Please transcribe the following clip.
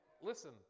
listen